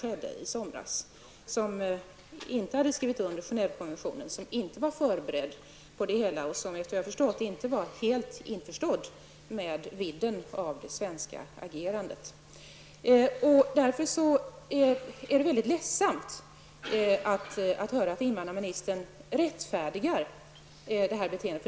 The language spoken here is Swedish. Detta grannland hade inte skrivit under Genèvekonventionen, var inte förberedd på det hela och var, såvitt jag vet, inte helt införstådd med vidden av det svenska agerandet. Det är därför mycket ledsamt att höra att invandrarministern rättfärdigar detta beteende.